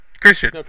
Christian